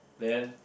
then